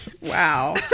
Wow